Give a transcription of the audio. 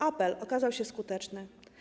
Apel okazał się skuteczny.